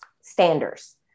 standards